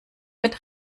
mit